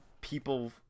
people